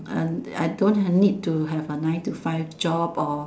uh I don't have need to have a nine to five job or